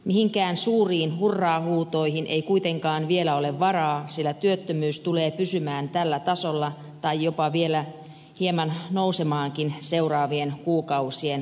mihinkään suuriin hurraa huutoihin ei kuitenkaan vielä ole varaa sillä työttömyys tulee pysymään tällä tasolla tai jopa vielä hieman nousemaankin seuraavien kuukausien aikana